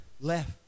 left